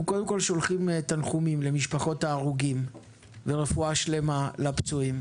אנחנו קודם כל שולחים תנחומים למשפחות ההרוגים ורפואה שלמה לפצועים.